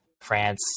France